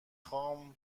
خوام